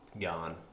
gone